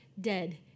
dead